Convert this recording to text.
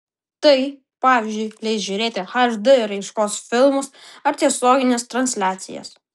tai pavyzdžiui leis žiūrėti hd raiškos filmus ar tiesiogines transliacijas